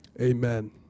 Amen